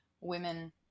women